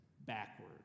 backward